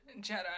Jedi